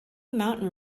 mountain